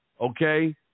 okay